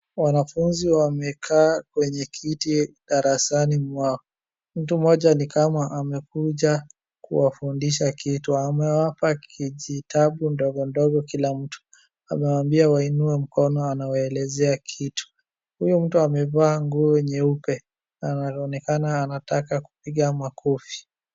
Wanafunzi wamekaa kwenye kiti darasani mwao. Mtu mmoja nikama amekuja kuwafundisha kitu, amewapa kijitabu ndogondogo kila mtu, amewaambia wainue mkono anawaelezea kitu. Huyu mtu amevaa nguo nyeupe na anaonekana anataka kupiga makofi.